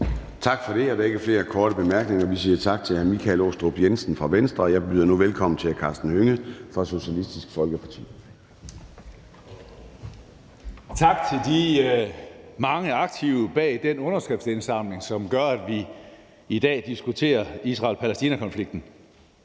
Tak for det. Der er ikke flere korte bemærkninger. Vi siger tak til hr. Michael Aastrup Jensen fra Venstre, og jeg byder nu velkommen til hr. Karsten Hønge fra Socialistisk Folkeparti. Kl. 23:42 (Ordfører) Karsten Hønge (SF): Tak til de mange aktive bag den underskriftsindsamling, som gør, at vi i dag diskuterer Israel-Palæstina-konflikten.